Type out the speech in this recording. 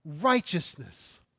righteousness